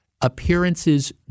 Appearances